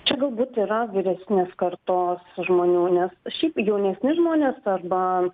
čia galbūt yra vyresnės kartos žmonių nes šiaip jaunesni žmonės arba